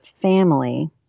family